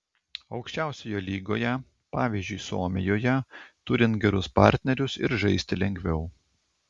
aukščiausioje lygoje pavyzdžiui suomijoje turint gerus partnerius ir žaisti lengviau